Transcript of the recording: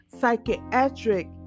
psychiatric